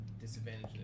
disadvantage